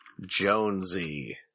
Jonesy